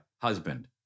husband